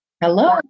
Hello